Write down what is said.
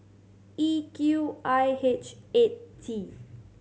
E Q I H eight T